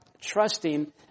trusting